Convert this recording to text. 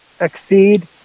exceed